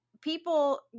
people